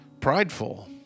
prideful